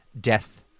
death